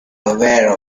aware